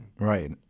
Right